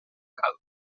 cal